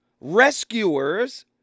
Rescuers